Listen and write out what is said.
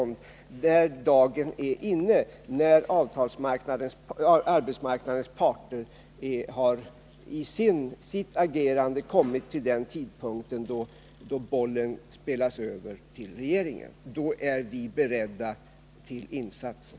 När dagen är inne, när arbetsmarknadens parter i sitt agerande har kommit till den tidpunkt då bollen spelas över till regeringen, då är vi beredda till insatser.